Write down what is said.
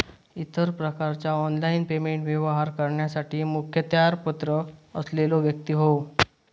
इतर प्रकारचा online payment व्यवहार करण्यासाठी मुखत्यारपत्र असलेलो व्यक्ती होवो